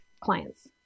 clients